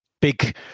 big